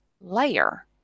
layer